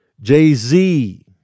Jay-Z